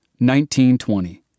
1920